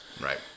right